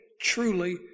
truly